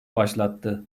başlattı